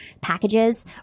packages